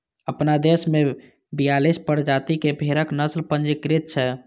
अपना देश मे बियालीस प्रजाति के भेड़क नस्ल पंजीकृत छै